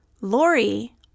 Lori